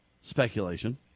speculation